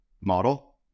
model